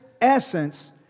essence